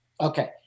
Okay